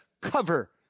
cover